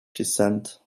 descent